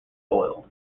oil